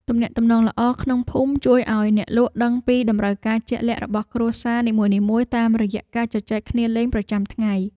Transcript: ទំនាក់ទំនងល្អក្នុងភូមិជួយឱ្យអ្នកលក់ដឹងពីតម្រូវការជាក់លាក់របស់គ្រួសារនីមួយៗតាមរយៈការជជែកគ្នាលេងប្រចាំថ្ងៃ។